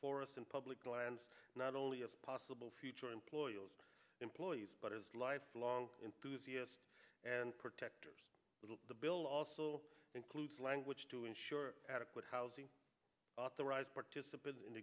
and public lands not only a possible future employers employees but as lifelong enthusiastic and protectors little the bill also includes language to ensure adequate housing authorized participants in